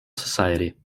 society